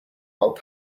while